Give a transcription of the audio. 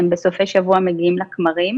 בסופי שבוע הם מגיעים לכמרים,